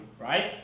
right